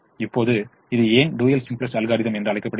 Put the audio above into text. இப்போது இது ஏன் டூயல் சிம்ப்ளக்ஸ் அல்காரிதம் என்று அழைக்கப்படுகிறது